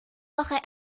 woche